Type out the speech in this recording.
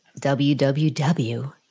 www